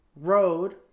Road